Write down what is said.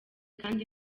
kandi